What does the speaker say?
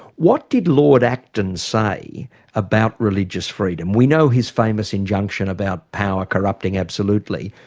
what did lord acton say about religious freedom? we know his famous injunction about power corrupting absolutely.